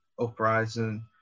uprising